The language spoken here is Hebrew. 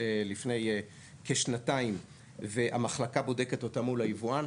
לפני כשנתיים והמחלקה בודקת אותם מול היבואן,